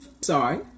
sorry